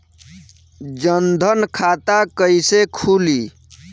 जनधन खाता कइसे खुली?